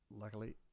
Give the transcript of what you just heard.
luckily